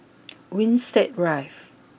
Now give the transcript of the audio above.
Winstedt Drive